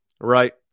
right